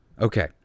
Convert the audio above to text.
Okay